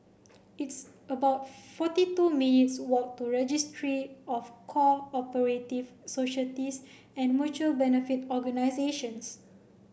it's about forty two minutes' walk to Registry of Co operative Societies and Mutual Benefit Organisations